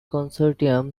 consortium